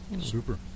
super